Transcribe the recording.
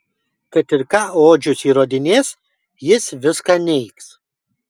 kad ir ką odžius įrodinės jis viską neigs